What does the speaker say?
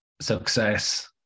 success